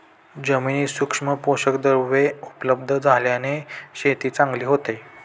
जमिनीत सूक्ष्म पोषकद्रव्ये उपलब्ध झाल्याने शेती चांगली होते